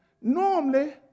normally